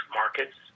markets